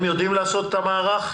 הם יודעים לתפעל את המערך?